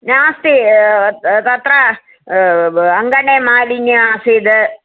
नास्ति तत्र अङ्गणे मालिन्यम् आसीत्